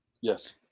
Yes